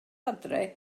adre